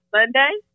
Sunday